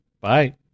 Bye